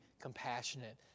compassionate